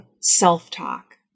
Self-Talk